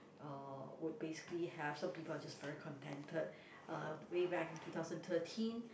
uh would basically have some people are just very contended uh way back in two thousand thirteen